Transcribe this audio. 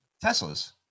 Tesla's